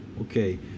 okay